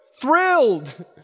thrilled